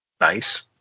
nice